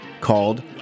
called